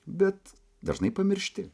bet dažnai pamiršti